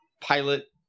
pilot